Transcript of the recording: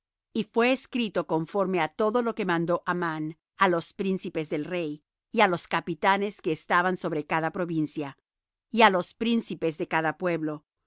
y fué escrito conforme á todo lo que mandó amán á los príncipes del rey y á los capitanes que estaban sobre cada provincia y á los príncipes de cada pueblo